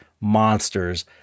monsters